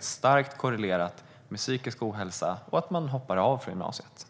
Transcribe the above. stark korrelation mellan psykisk ohälsa och avhopp från gymnasiet.